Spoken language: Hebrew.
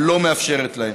לא מאפשרת להם.